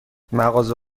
مغازه